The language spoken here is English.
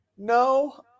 No